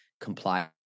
comply